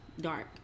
dark